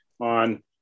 on